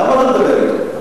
למה אתה מדבר אתו?